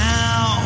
now